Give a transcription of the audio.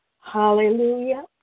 Hallelujah